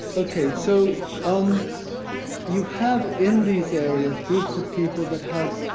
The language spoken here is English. ok, so, um you have in these areas groups of people that have